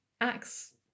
acts